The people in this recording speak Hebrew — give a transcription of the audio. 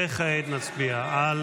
וכעת נצביע על